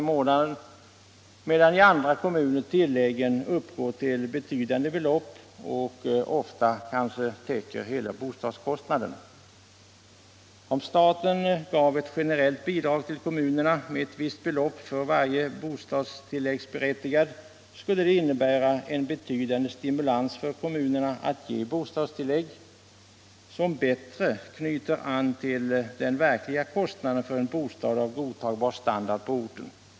i månaden, medan i andra kommuner tilläggen uppgår till betydande belopp och ofta täcker hela bostadskostnaden. Om staten gav ett generellt bidrag till kommunerna med ett visst belopp för varje bostadstilläggsberättigad, skulle det innebära en betydande stimulans för kommunerna att ge bostadstillägg som bättre knyter an till den verkliga kostnaden för en bostad av godtagbar standard på orten.